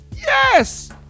Yes